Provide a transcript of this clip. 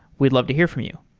we'd love to hear from you.